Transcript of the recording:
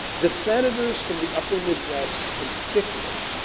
the senators from the upper midwest, in particular,